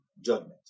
judgment